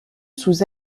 sous